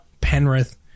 Penrith